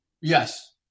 Yes